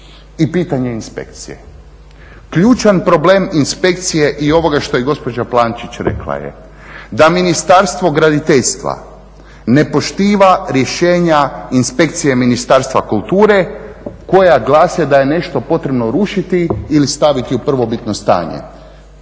i pitanje inspekcije. Ključan problem inspekcije i ovoga što je gospođa Plančić rekla je da Ministarstvo graditeljstva ne poštiva rješenja Inspekcije Ministarstva kulture koja glase da je nešto potrebno rušiti ili staviti u prvobitno stanje.